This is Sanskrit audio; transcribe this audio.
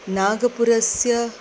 नागपुरस्य